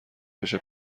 بشه